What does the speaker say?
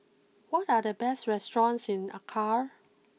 what are the best restaurants in Accra